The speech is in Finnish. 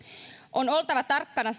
on oltava tarkkana